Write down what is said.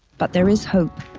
but there is hope,